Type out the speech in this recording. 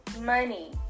money